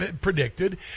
predicted